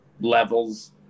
levels